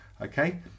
okay